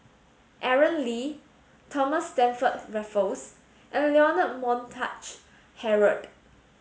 Aaron Lee Thomas Stamford Raffles and Leonard Montague Harrod